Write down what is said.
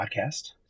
podcast